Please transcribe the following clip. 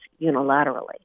unilaterally